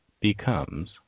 becomes